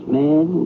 man